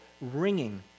ringing